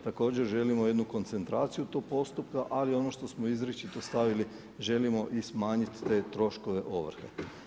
Također želimo jednu koncentraciju tog postupka, ali ono što smo izričito stavili želimo i smanjit te troškove ovrhe.